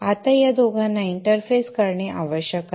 आता या दोघांना इंटरफेस करणे आवश्यक आहे